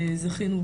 זכינו,